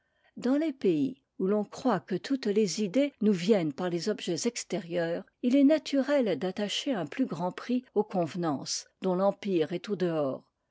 dans les pays où l'on croit que toutes les idées nous viennent par les objets extérieurs il est naturel d'attacher un plus grand prix aux convenances dont l'empire est au dehors